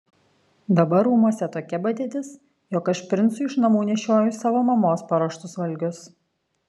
dabar rūmuose tokia padėtis jog aš princui iš namų nešioju savo mamos paruoštus valgius